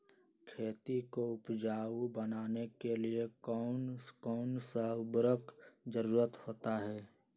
खेती को उपजाऊ बनाने के लिए कौन कौन सा उर्वरक जरुरत होता हैं?